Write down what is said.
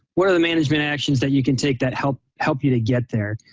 what are the management actions that you can take that help help you to get there.